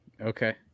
Okay